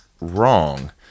wrong